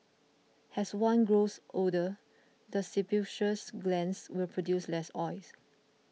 as one grows older the sebaceous glands will produce less oils